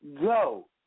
go